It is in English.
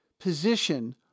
position